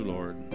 Lord